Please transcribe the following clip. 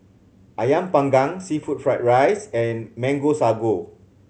Ayam Panggang seafood fried rice and Mango Sago